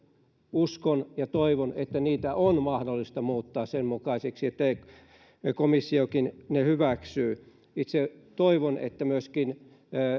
uskon ja toivon että niitä on mahdollista muuttaa sen mukaisiksi että komissiokin ne hyväksyy itse toivon että myöskin